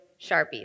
Sharpies